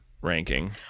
ranking